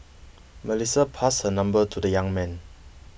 Melissa passed her number to the young man